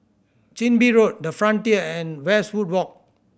Chin Bee Road The Frontier and Westwood Walk